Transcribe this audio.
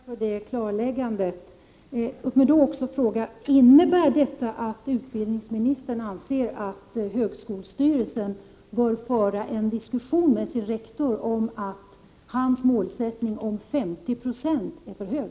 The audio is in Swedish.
Herr talman! Jag tackar för det klarläggandet. Låt mig då också fråga: Innebär detta att utbildningsministern anser att högskolestyrelsen bör föra en diskussion med sin rektor om att hans målsättning om 50 96 är för hög?